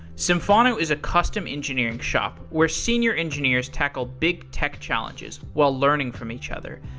symphono is a custom engineering shop where senior engineers tackle big tech challenges while learning from each other.